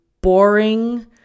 boring